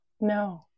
No